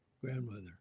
grandmother